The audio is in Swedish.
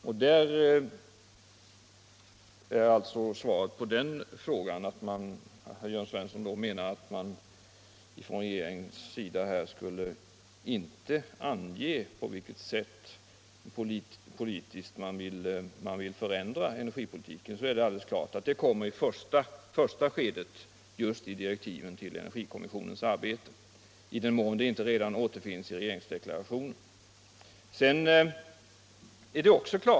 Om Jörn Svensson menar att regeringen inte har angivit på vilket sätt energipolitiken skall förändras är svaret alltså att det kommer att göras i direktiven till kommissionens arbete i den mån de inte redan återfinns i regeringsdeklarationen.